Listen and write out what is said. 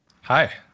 Hi